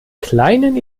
kleinen